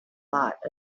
lot